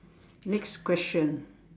next question